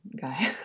guy